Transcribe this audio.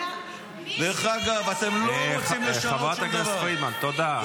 מ-1977 אתם בשלטון.